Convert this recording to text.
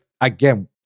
again